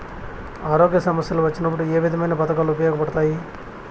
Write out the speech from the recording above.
ఆరోగ్య సమస్యలు వచ్చినప్పుడు ఏ విధమైన పథకాలు ఉపయోగపడతాయి